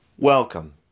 Welcome